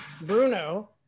Bruno